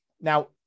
Now